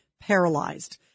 paralyzed